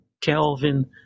Kelvin